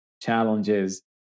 challenges